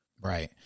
Right